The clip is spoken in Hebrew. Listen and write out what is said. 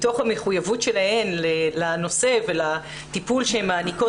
מתוך המחויבות שלהן לנושא ולטיפול שהן מעניקות